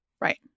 right